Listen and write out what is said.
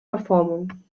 verformung